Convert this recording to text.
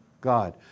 God